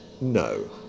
No